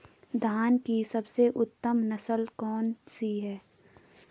धान की सबसे उत्तम नस्ल कौन सी है?